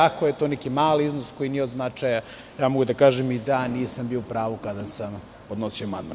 Ako je to neki mali iznos koji nije od značaja, mogu da kažem i da nisam bio pravu kada sam podnosio amandman.